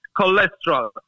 cholesterol